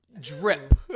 Drip